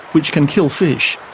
which can kill fish.